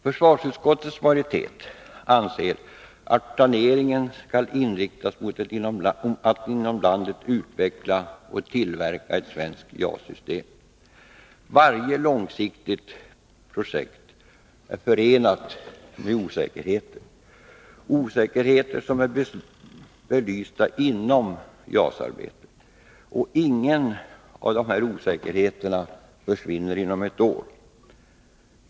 Försvarsutskottets majoritet anser att planeringen skall inriktas på utveckling och tillverkning inom landet av ett svenskt JAS-system. Varje långsiktigt projekt är förenat med osäkerheter, som är belysta inom JAS-arbetet. Ingen av dessa osäkerheter försvinner inom ett år.